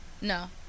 No